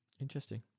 Interesting